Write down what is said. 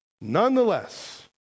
Nonetheless